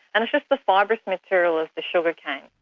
and it's just the fibrous material of the sugarcane.